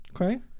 Okay